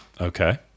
Okay